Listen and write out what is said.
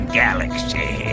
galaxy